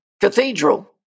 Cathedral